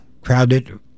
crowded